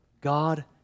God